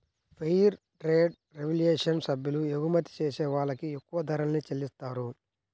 fair trade revolution సభ్యులు ఎగుమతి చేసే వాళ్ళకి ఎక్కువ ధరల్ని చెల్లిత్తారు